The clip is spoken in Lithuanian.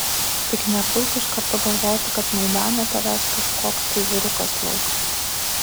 tik nepulk iš karto galvoti kad maidane tavęs kažkoks tai vyrukas lauks